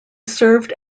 served